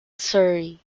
surrey